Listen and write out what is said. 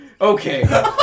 Okay